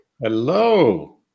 Hello